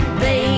baby